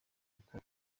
uko